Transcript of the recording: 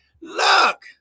Look